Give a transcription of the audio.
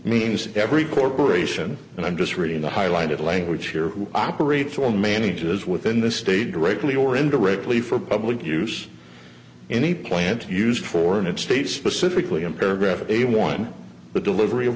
means every corporation and i'm just reading the highlighted language here who operates on manages within the state directly or indirectly for public use any plant used for and it states specifically in paragraph a one but delivery of